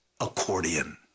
accordion